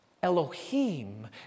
Elohim